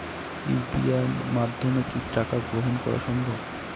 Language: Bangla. ইউ.পি.আই অ্যাপের মাধ্যমে কি টাকা গ্রহণ করাও সম্ভব?